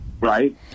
Right